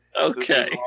okay